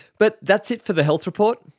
but that's it for the health report.